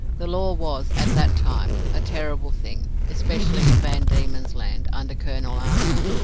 the law was, at that time, a terrible thing, especially in van diemen's land, under colonel arthur.